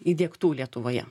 įdiegtų lietuvoje